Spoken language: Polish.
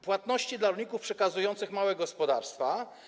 Płatności dla rolników przekazujących małe gospodarstwa.